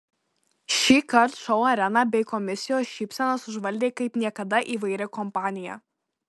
šįkart šou areną bei komisijos šypsenas užvaldė kaip niekada įvairi kompanija